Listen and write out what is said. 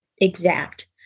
exact